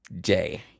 day